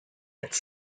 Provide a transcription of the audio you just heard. its